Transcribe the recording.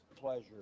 Pleasure